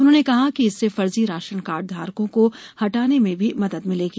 उन्होंने कहा कि इससे फर्जी राशन कार्ड धारकों को हटाने में भी मदद मिलेगी